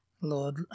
Lord